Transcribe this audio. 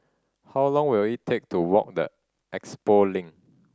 how long will it take to walk the Expo Link